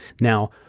Now